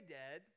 dead